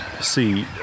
see